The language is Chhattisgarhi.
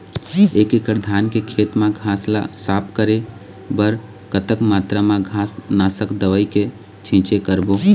एक एकड़ धान के खेत मा घास ला साफ करे बर कतक मात्रा मा घास नासक दवई के छींचे करबो?